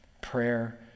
prayer